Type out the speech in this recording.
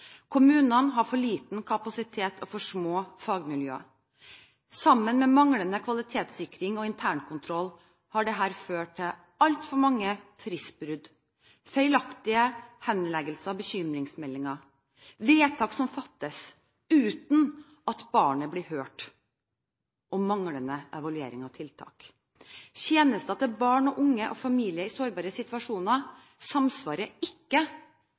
Kommunene har for liten kapasitet og for små fagmiljøer. Sammen med manglende kvalitetssikring og internkontroll har dette ført til altfor mange fristbrudd, feilaktige henleggelser og bekymringsmeldinger, vedtak som fattes uten at barnet blir hørt, og manglende evaluering av tiltak. Tjenester til barn og unge og familier i sårbare situasjoner samsvarer ikke